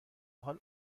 حال